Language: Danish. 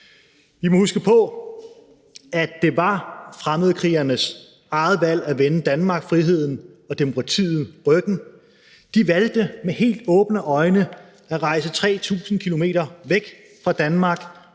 Vi må huske på, at det var fremmedkrigernes eget valg at vende Danmark, friheden og demokratiet ryggen. De valgte med helt åbne øjne at rejse 3.000 km væk fra Danmark